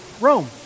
Rome